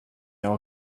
all